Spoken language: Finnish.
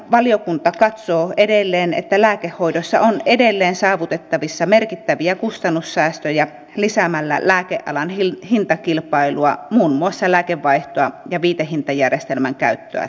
valiokunta katsoo edelleen että lääkehoidossa on edelleen saavutettavissa merkittäviä kustannussäästöjä lisäämällä lääkealan hintakilpailua muun muassa lääkevaihtoa ja viitehintajärjestelmän käyttöä tehostamalla